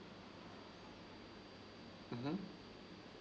mmhmm